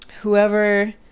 whoever